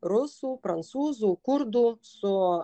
rusų prancūzų kurdų su